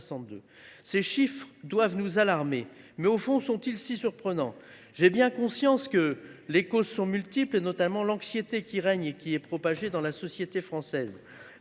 Ces chiffres doivent nous alarmer, mais, au fond, sont ils si surprenants ? J’ai bien conscience que les causes sont multiples, notamment l’anxiété qui règne et qui est propagée dans la société française.